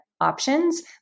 options